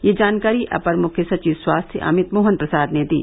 यह जानकारी अपर मुख्य सचिव स्वास्थ्य अमित मोहन प्रसाद ने दी